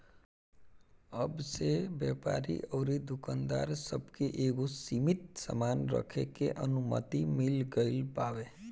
अब से व्यापारी अउरी दुकानदार सब के एगो सीमित सामान रखे के अनुमति मिल गईल बावे